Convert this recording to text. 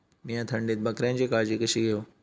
मीया थंडीत बकऱ्यांची काळजी कशी घेव?